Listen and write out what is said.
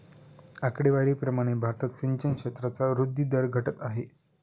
आकडेवारी प्रमाणे भारतात सिंचन क्षेत्राचा वृद्धी दर घटत आहे